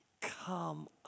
Come